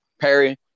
Perry